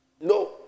No